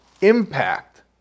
impact